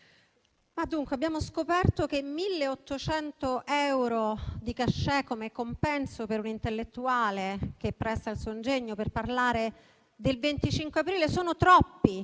Presidente del Consiglio, 1.800 euro di *cachet* come compenso per un intellettuale che presta il suo ingegno per parlare del 25 aprile sono troppi.